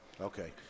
Okay